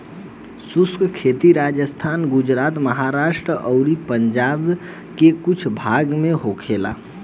शुष्क खेती राजस्थान, गुजरात, महाराष्ट्र अउरी पंजाब के कुछ भाग में होखेला